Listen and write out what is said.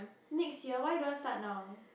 next year why you don't want start now